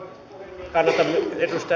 arvoisa puhemies